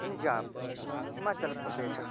पञ्जाबः हिमाचलप्रदेशः